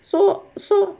so so